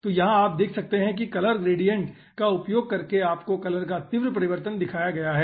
तो यहाँ आप देख सकते है कलर ग्रेडिएंट का उपयोग करके आपको कलर का तीव्र परिवर्तन दिखाया गया है